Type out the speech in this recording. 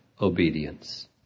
obedience